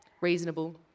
Reasonable